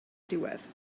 diwedd